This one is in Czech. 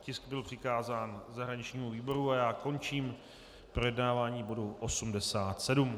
Tisk byl přikázán zahraničnímu výboru a já končím projednávání bodu 87.